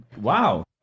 wow